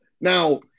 Now